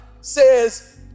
says